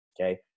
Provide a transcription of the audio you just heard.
okay